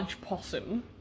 possum